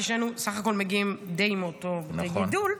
כי שנינו מגיעים בסך הכול מאותו בית גידול.